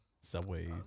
Subway